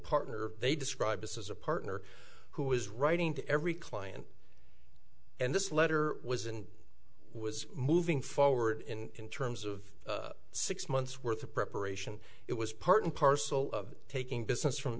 partner they describe this is a partner who is writing to every client and this letter was and was moving forward in terms of six months worth of preparation it was part and parcel of taking business from